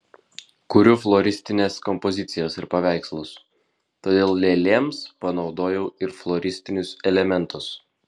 kuriu floristines kompozicijas ir paveikslus todėl lėlėms panaudojau ir floristinius elementus